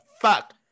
fuck